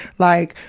like,